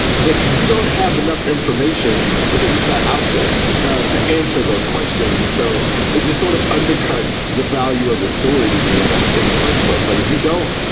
but you don't have enough information because it's not out there to answer those questions. and so it just sort of undercut the value of this story to me in the in the first place. like, if you don't,